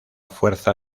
fuerza